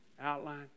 outline